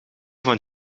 van